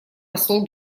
посол